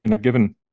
given